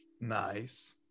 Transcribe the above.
Nice